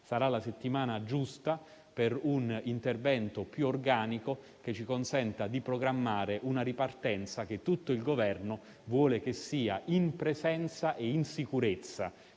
sarà quella giusta per un intervento più organico che ci consenta di programmare una ripartenza che tutto il Governo vuole che sia in presenza e in sicurezza